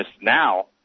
now